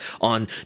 on